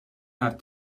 haar